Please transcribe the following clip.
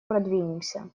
продвинемся